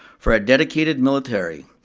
for our dedicated military,